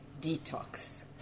detox